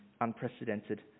unprecedented